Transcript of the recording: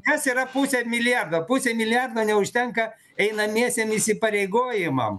kas yra pusė milijardo pusė milijardo neužtenka einamiesiem įsipareigojimam